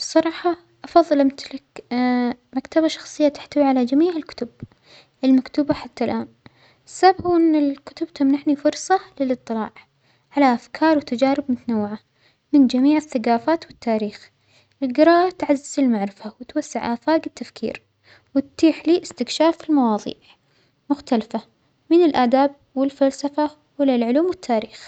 الصراحة أفظل أمتلك مكتبة شخصية تحتوى على جميع الكتب المكتوبة حتى الآن، السبب هو أن الكتب تمنحنى فرصة للإطلاع على أفكار وتجارب متنوعة من جميع الثجافات والتاريخ، الجراءة تعزز المعرفة وتوسع آفاج التفكير وتتيح لى إستكشاف المواظيع مختلفة من الأدب والفلسفة وللعلوم والتاريخ.